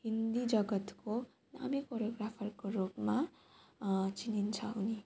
हिन्दी जगतको नामी कोरियोग्राफरको रूपमा चिनिन्छ